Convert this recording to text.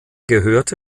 gehörte